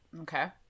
Okay